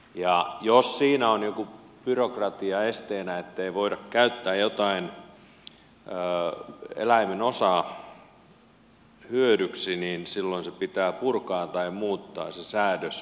ja jos siinä on joku byrokratia esteenä ettei voida käyttää jotain eläimen osaa hyödyksi niin silloin pitää purkaa tai muuttaa se säädös mikä sen estää